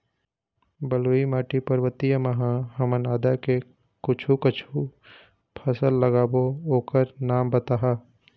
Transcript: बलुई माटी पर्वतीय म ह हमन आदा के कुछू कछु फसल लगाबो ओकर नाम बताहा?